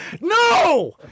No